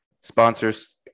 sponsors